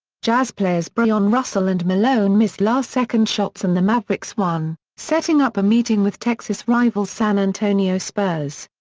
jazz players bryon russell and malone missed last-second shots and the mavericks won, setting up a meeting with texas rivals san antonio spurs.